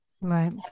Right